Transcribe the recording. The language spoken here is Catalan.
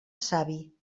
savi